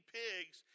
pigs